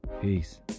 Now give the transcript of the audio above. peace